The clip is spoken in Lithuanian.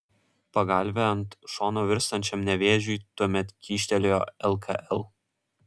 pagalvę ant šono virstančiam nevėžiui tuomet kyštelėjo lkl